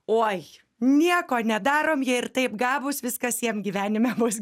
oi nieko nedarom jie ir taip gabūs viskas jiem gyvenime bus